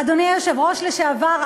אדוני היושב-ראש לשעבר,